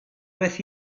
with